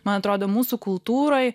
man atrodo mūsų kultūroj